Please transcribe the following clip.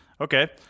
Okay